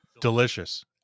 delicious